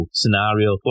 scenario